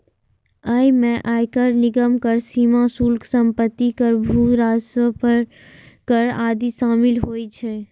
अय मे आयकर, निगम कर, सीमा शुल्क, संपत्ति कर, भू राजस्व पर कर आदि शामिल होइ छै